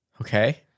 Okay